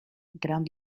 grand